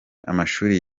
amashuri